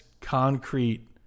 concrete